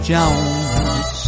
Jones